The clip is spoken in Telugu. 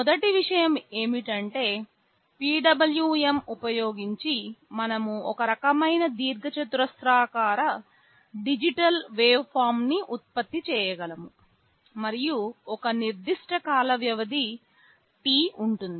మొదటి విషయం ఏమిటంటే PWM ఉపయోగించి మనం ఒక రకమైన దీర్ఘచతురస్రాకార డిజిటల్ వేవ్ఫార్మ్న్ని ఉత్పత్తి చేయగలము మరియు ఒక నిర్దిష్ట కాల వ్యవధి T ఉంటుంది